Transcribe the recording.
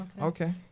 Okay